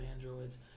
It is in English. androids